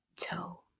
toe